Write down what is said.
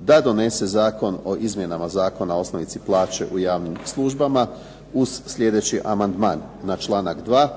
da donese Zakon o izmjenama Zakona o osnovici plaće u javnim službama uz sljedeći amandman na članak 3.